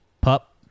pup